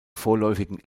vorläufigen